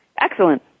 Excellent